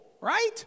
right